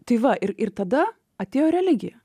tai va ir ir tada atėjo religija